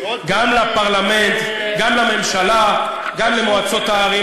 גם לפרלמנט וגם לממשלה וגם למועצות הערים,